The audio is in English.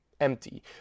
empty